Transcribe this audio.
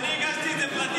אני הגשתי את זה בפרטי.